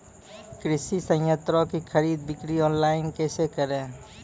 कृषि संयंत्रों की खरीद बिक्री ऑनलाइन कैसे करे?